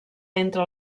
entre